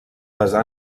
basar